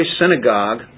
synagogue